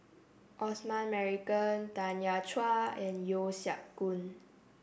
Osman Merican Tanya Chua and Yeo Siak Goon